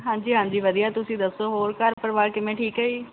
ਹਾਂਜੀ ਹਾਂਜੀ ਵਧੀਆ ਤੁਸੀਂ ਦੱਸੋ ਹੋਰ ਘਰ ਪਰਿਵਾਰ ਕਿਵੇਂ ਠੀਕ ਹੈ ਜੀ